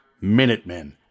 Minutemen